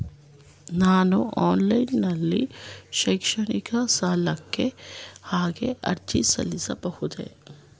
ನಾನು ಆನ್ಲೈನ್ ನಲ್ಲಿ ಶೈಕ್ಷಣಿಕ ಸಾಲಕ್ಕೆ ಹೇಗೆ ಅರ್ಜಿ ಸಲ್ಲಿಸಬಹುದು?